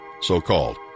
so-called